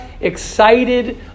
excited